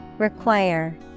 Require